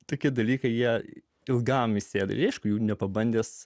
tokie dalykai jei ilgam įsėdo rėžk jų nepabandęs